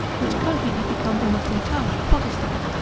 which country had become almost entirely protestant.